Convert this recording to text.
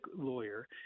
lawyer